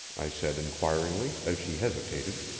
i said inquiringly as she hesitated.